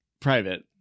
private